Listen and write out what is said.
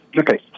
Okay